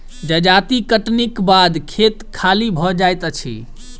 जजाति कटनीक बाद खेत खाली भ जाइत अछि